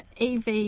EV